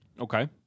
Okay